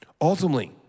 Ultimately